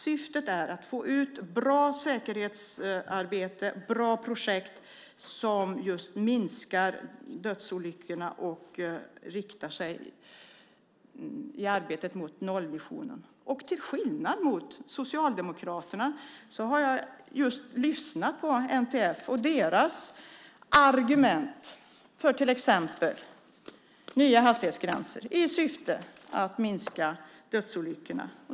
Syftet är att få ut bra säkerhetsarbete, bra projekt, som minskar dödsolyckorna och i arbetet riktar sig mot nollvisionen. Till skillnad mot Socialdemokraterna har jag lyssnat på NTF och deras argument för till exempel nya hastighetsgränser i syfte att minska dödsolyckorna.